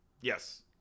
Yes